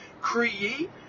create